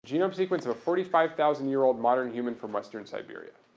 genome sequence of a forty five thousand year old modern human from western siberia.